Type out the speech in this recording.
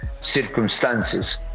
circumstances